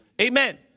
Amen